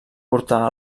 portar